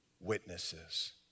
witnesses